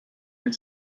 den